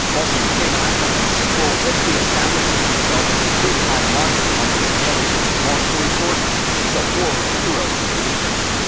while she became an icon in the sequel, ripley establishes herself as a big-time monster hunter in alien. long story short she's a horror hero for the ages.